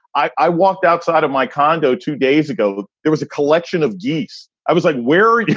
i i walked outside of my condo two days ago. there was a collection of geese. i was like, where are you?